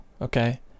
okay